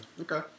Okay